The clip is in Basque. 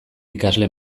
ikasle